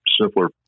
simpler